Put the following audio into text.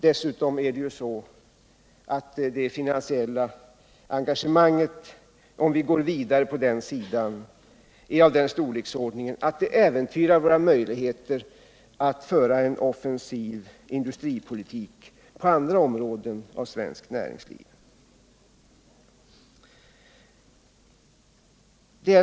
Dessutom är det ju så att det finansiella enagemanget om vi går vidare på den sidan är av den storleksordningen att det äventyrar våra möjligheter att föra en offensiv industripolitik på andra områden av svenskt näringsliv.